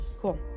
Cool